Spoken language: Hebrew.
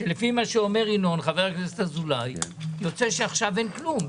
לפי מה שאומר חבר הכנסת ינון אזולאי יוצא שעכשיו אין כלום,